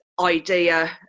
idea